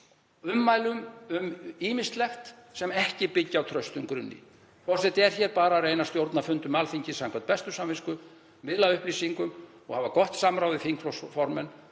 ummælum um ýmislegt sem ekki byggjast á traustum grunni. Forseti er hér bara að reyna að stjórna fundum Alþingis samkvæmt bestu samvisku, miðla upplýsingum og hafa gott samráð við þingflokksformenn